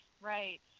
Right